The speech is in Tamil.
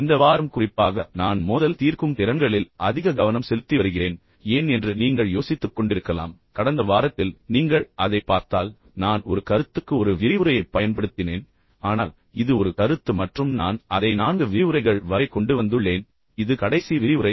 இந்த வாரம் குறிப்பாக நான் மோதல் தீர்க்கும் திறன்களில் அதிக கவனம் செலுத்தி வருகிறேன் ஏன் என்று நீங்கள் யோசித்துக்கொண்டிருக்கலாம் கடந்த வாரத்தில் நீங்கள் அதைப் பார்த்தால் நான் ஒரு கருத்துக்கு ஒரு விரிவுரையைப் பயன்படுத்தினேன் ஆனால் இது ஒரு கருத்து மற்றும் நான் அதை 4 விரிவுரைகள் வரை கொண்டு வந்துள்ளேன் இது கடைசி விரிவுரை